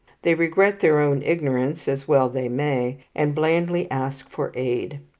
they regret their own ignorance as well they may and blandly ask for aid.